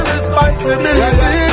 Responsibility